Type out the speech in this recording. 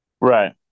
Right